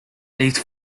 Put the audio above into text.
these